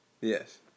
Yes